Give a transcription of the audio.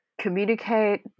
communicate